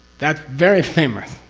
that's very famous.